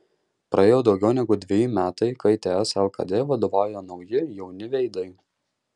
praėjo daugiau negu dveji metai kai ts lkd vadovauja nauji jauni veidai